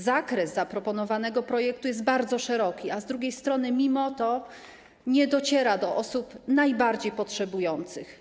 Zakres zaproponowanego projektu jest bardzo szeroki, a z drugiej strony mimo to nie dociera do osób najbardziej potrzebujących.